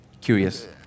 curious